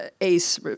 ACE